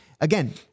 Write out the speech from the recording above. Again